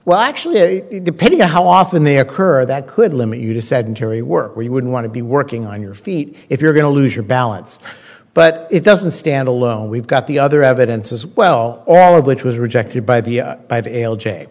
well actually depending on how often they occur that could limit you to said terry work where you wouldn't want to be working on your feet if you're going to lose your balance but it doesn't stand alone we've got the other evidence as well all of which was rejected by the